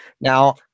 Now